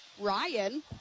Ryan